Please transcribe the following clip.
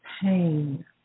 pain